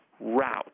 route